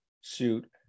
shoot